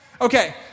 Okay